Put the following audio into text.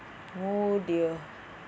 oh dear